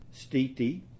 stiti